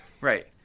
Right